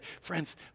friends